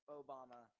obama